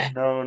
no